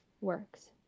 works